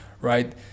right